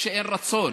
שאין רצון.